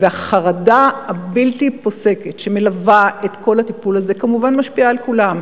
החרדה הבלתי-פוסקת שמלווה את כל הטיפול הזה כמובן משפיעה על כולם,